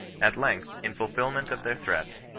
at length, in fulfilment of their threats,